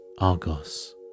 Argos